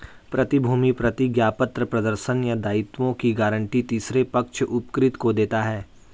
प्रतिभूति प्रतिज्ञापत्र प्रदर्शन या दायित्वों की गारंटी तीसरे पक्ष उपकृत को देता है